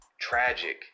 tragic